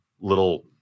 little